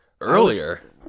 Earlier